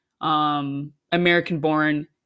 American-born